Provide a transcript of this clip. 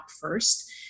first